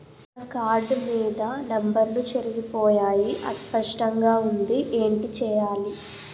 నా కార్డ్ మీద నంబర్లు చెరిగిపోయాయి అస్పష్టంగా వుంది ఏంటి చేయాలి?